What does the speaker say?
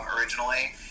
originally